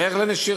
או בדרך לנשירה,